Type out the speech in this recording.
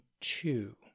two